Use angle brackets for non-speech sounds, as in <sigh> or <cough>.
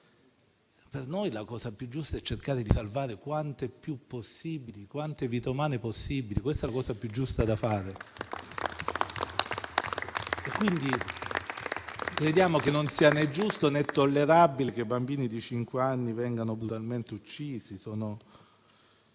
Per noi la cosa più giusta è cercare di salvare quante più vite umane possibile. Questa è la cosa più giusta da fare. <applause> Crediamo che non sia né giusto, né tollerabile che bambini di cinque anni vengano brutalmente uccisi,